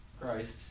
Christ